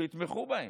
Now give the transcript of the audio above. שיתמכו בהם,